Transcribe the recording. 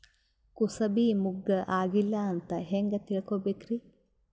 ಕೂಸಬಿ ಮುಗ್ಗ ಆಗಿಲ್ಲಾ ಅಂತ ಹೆಂಗ್ ತಿಳಕೋಬೇಕ್ರಿ?